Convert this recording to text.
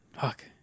fuck